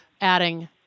adding